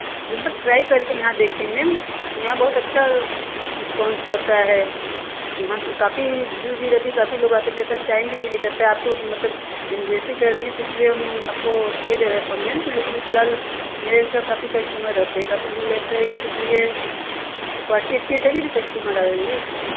एक बार ट्राई करके यहाँ देखिए मेम यहाँ बहुत अच्छा रिस्पोंस रहता है यहाँ पर काफ़ी भीड़ भी रहती है काफ़ी लोग आते हैं मेरे पास टाइम भी नहीं रहता है आपको मतलब इमजेंसी कर रही है तो इसलिए हम आपको दे दे रहे हैं परमेंट लेकिन फ़िलहाल मेरे काफ़ी कस्टमर रहते हैं काफ़ी भीड़ रहता है इसलिए क्वालिटी अच्छी है तभी तो कश्टुमर आएँगे